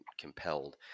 compelled